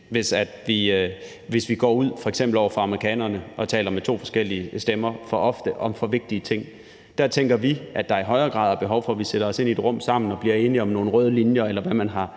hvis man går ud og f.eks. over for amerikanerne taler med to forskellige stemmer, for ofte om for vigtige ting. Der tænker vi, at der i højere grad er behov for, at vi sætter os sammen i et rum og bliver enige om nogle røde linjer, eller hvad man før